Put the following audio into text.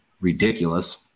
ridiculous